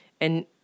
And-